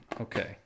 Okay